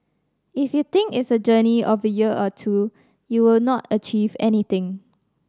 if you think it's a journey of a year or two you will not achieve anything